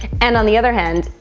and on the other hand,